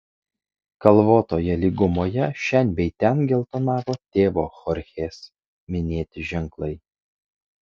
kalvotoje lygumoje šen bei ten geltonavo tėvo chorchės minėti ženklai